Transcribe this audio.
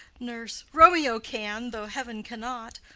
nurse. romeo can, though heaven cannot.